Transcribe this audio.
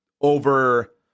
over